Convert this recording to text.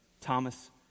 Thomas